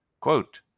Quote